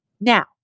Now